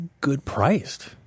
good-priced